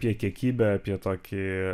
apie kiekybę apie tokį